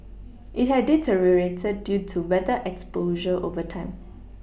it had deteriorated due to weather exposure over time